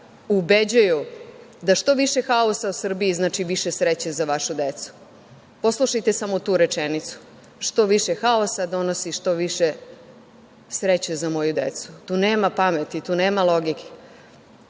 ubeđuju da što više haosa u Srbiji znači više sreće za vašu decu. Poslušajte samo tu rečenicu – što više haosa donosi što više sreće za moju decu. Tu nema pameti, tu nema